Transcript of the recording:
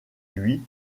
lui